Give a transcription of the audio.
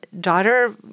daughter